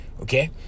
Okay